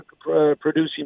producing